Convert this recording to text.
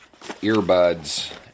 earbuds